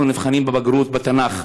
אנחנו נבחנים בבגרות בתנ"ך,